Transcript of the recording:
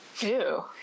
Ew